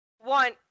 One